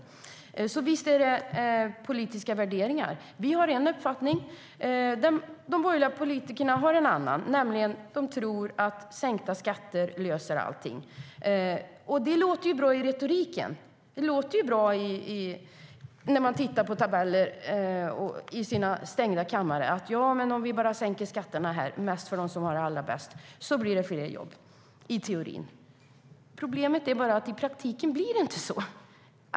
Visst handlar det om politiska värderingar. Vi har en uppfattning, och de borgerliga politikerna har en annan och tror att sänkta skatter löser allt. Det låter bra i retoriken och när man tittar på tabeller i sina stängda kammare att om man bara sänker skatterna, och mest för dem som har det allra bäst, blir det fler jobb. Så är det i teorin. Problemet är bara att det i praktiken inte blir så.